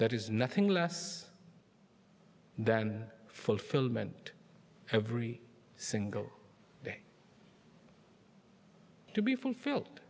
that is nothing less than fulfillment every single day to be fulfilled